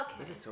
Okay